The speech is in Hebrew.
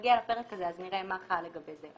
כשנגיע לפרק הזה נראה מה חל לגבי זה,